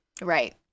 Right